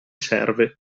serve